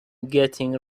getting